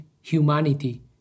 humanity